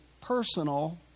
personal